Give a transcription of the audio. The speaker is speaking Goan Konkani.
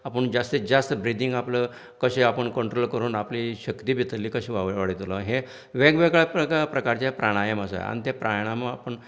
आपूण जास्तीत जास्त ब्रिदिंग आपलो कशें आपूण कंन्ट्रोल करून आपली शक्ती भितरली कशी वाडयतलो हे वेगवेगळ्या प्रकारचें प्राणायम आसात आनी तें प्राणायम आपूण